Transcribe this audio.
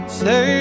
say